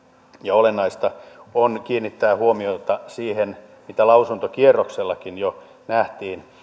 olennaista on kiinnittää huomiota siihen mitä lausuntokierroksellakin jo nähtiin